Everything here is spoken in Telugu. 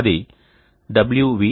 అది wv Indian